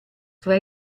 tra